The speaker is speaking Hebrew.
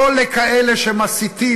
לא לכאלה שמסיתים,